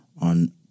on